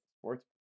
sports